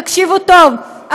תקשיבו טוב,